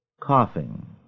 coughing